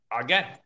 again